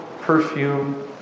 perfume